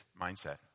mindset